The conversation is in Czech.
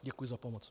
Děkuji za pomoc.